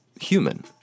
human